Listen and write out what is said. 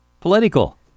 Political